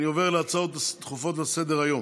אני עובר להצעות דחופות לסדר-היום.